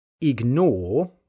Ignore